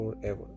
forever